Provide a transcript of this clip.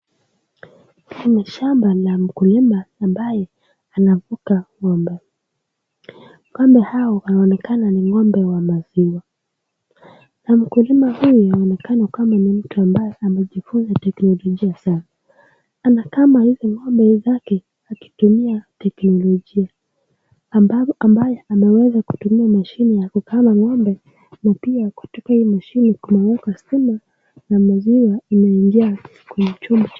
Hii ni shamba la mkulima ambaye anafuka ng'ombe.Ng'ombe hawa wanaonekana ni ng'ombe wa maziwa na mkulima huyu anaonekana kwamba ni mtu ambaye amejifunza teknolojia vizuri sana. Anakama hivi ngombe zake akitumia teknolojia ambayo ameweza kutumia mashini ya kukama ng'ombe na pia kutoka hii mashini kumewekwa stima na maziwa inaingia chupa.